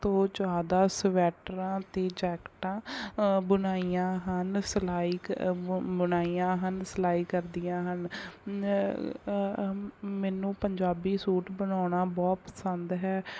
ਸਭ ਤੋਂ ਜ਼ਿਆਦਾ ਸਵੈਟਰਾਂ ਅਤੇ ਜੈਕਟਾਂ ਬਣਾਈਆ ਹਨ ਸਿਲਾਈ ਬੁ ਬਣਾਈਆਂ ਹਨ ਸਿਲਾਈ ਕਰਦੀਆਂ ਹਨ ਮੈਨੂੰ ਪੰਜਾਬੀ ਸੂਟ ਬਣਾਉਣਾ ਬਹੁਤ ਪਸੰਦ ਹੈ